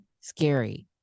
Scary